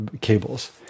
cables